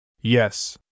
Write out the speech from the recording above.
Yes